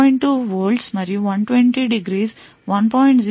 two volts మరియు 120 ° 1